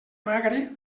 magre